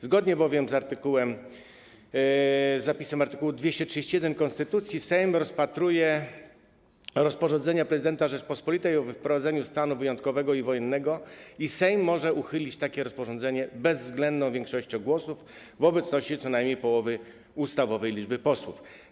Zgodnie bowiem z zapisem art. 237 konstytucji Sejm rozpatruje rozporządzenia prezydenta Rzeczypospolitej o wprowadzeniu stanu wyjątkowego i wojennego i Sejm może uchylić takie rozporządzenie bezwzględną większością głosów w obecności co najmniej połowy ustawowej liczby posłów.